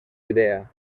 idea